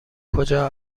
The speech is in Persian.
کجا